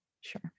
sure